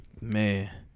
man